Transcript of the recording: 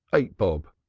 eight bob!